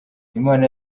imana